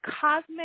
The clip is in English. cosmic